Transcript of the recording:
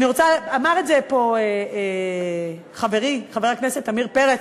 אמר את זה פה חברי חבר הכנסת עמיר פרץ,